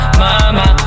mama